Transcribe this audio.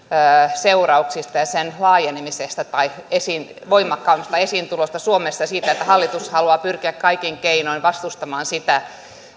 seurauksista ja sen laajenemisesta tai voimakkaammasta esiintulosta suomessa ja siitä että hallitus haluaa pyrkiä kaikin keinoin vastustamaan sitä